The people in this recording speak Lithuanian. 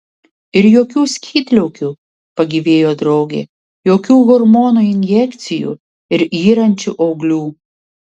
ir jokių skydliaukių pagyvėjo draugė jokių hormonų injekcijų ir yrančių auglių